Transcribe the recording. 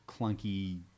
clunky